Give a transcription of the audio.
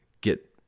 get